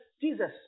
Jesus